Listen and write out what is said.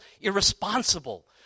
irresponsible